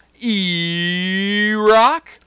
E-Rock